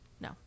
No